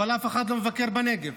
אבל אף אחד לא מבקר בנגב.